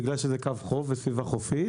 בגלל שזה קו חוף וסביבה חופית,